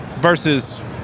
versus